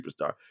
superstar